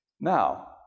Now